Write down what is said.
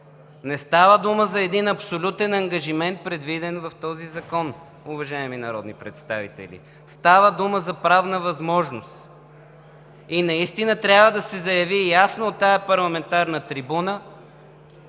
не става дума за един абсолютен ангажимент, предвиден в този закон, уважаеми народни представители, става дума за правна възможност и наистина трябва да се заяви ясно от тази парламентарна трибуна,